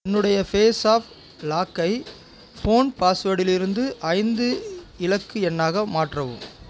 என்னுடைய பேஸாப் லாக்கை ஃபோன் பாஸ்வேடிலிருந்து ஐந்து இலக்கு எண்ணாக மாற்றவும்